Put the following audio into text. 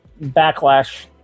Backlash